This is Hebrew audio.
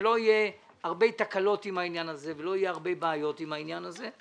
שלא יהיו הרבה תקלות ובעיות עם העניין הזה.